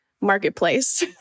marketplace